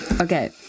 Okay